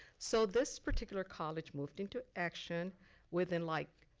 so this particular college moved into action within like,